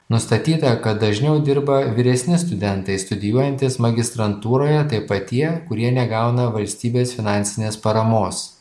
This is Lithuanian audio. nustatyta kad dažniau dirba vyresni studentai studijuojantys magistrantūroje taip pat tie kurie negauna valstybės finansinės paramos